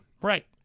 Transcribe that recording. Right